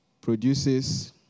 Produces